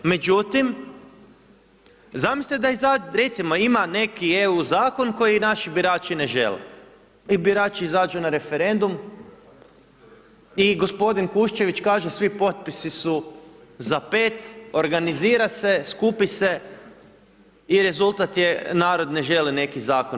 Međutim, zamislite da sad, recimo, ima neki EU zakon koji naši birači ne žele i birači izađu na referendum i g. Kuščević kaže svi potpisi su za pet, organizira se, skupi se i rezultat je narod ne želi neki zakon.